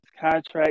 contract